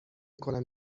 کنم